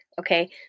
okay